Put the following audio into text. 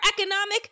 economic